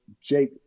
Jake